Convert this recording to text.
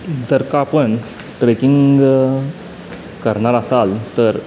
जर का आपण ट्रेकिंग करणार असाल तर